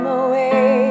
away